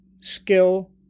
Skill